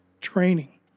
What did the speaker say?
training